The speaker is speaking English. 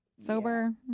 Sober